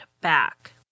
back